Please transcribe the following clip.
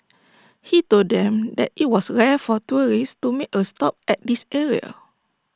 he told them that IT was rare for tourists to make A stop at this area